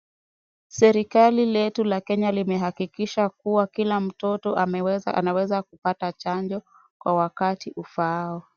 Serikali letu la Kenya limehakikisha kuwa mtoto anaweza kupata chanjo kwa wakati ufaao.